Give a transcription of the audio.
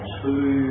two